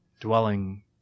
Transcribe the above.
dwelling